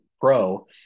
pro